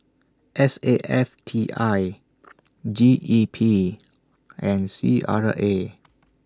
S A F T I G E P and C R A